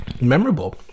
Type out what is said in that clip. memorable